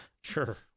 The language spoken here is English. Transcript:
Sure